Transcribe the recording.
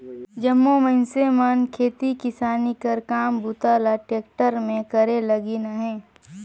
जम्मो मइनसे मन खेती किसानी कर काम बूता ल टेक्टर मे करे लगिन अहे